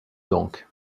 donc